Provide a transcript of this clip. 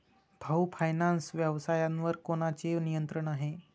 भाऊ फायनान्स व्यवसायावर कोणाचे नियंत्रण आहे?